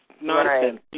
nonsense